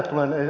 se on näin